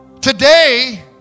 Today